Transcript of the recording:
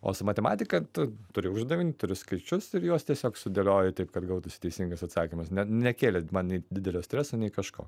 o su matematika tu turi uždavinį turi skaičius ir juos tiesiog sudėlioji taip kad gautųsi teisingas atsakymas net nekėlė man nei didelio streso nei kažko